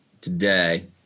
Today